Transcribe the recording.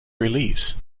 release